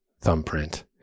thumbprint